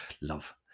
love